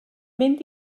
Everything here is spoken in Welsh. mynd